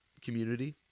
community –